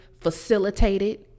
facilitated